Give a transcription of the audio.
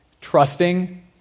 Trusting